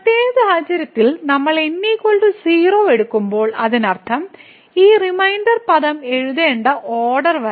പ്രത്യേക സാഹചര്യത്തിൽ നമ്മൾ n 0 എടുക്കുമ്പോൾ അതിനർത്ഥം ഈ റിമൈൻഡർ പദം എഴുതേണ്ട ഓർഡർ വരെ